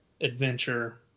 adventure